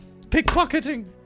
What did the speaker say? pickpocketing